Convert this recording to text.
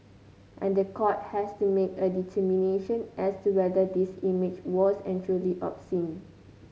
and the court has to make a determination as to whether this image was and truly obscene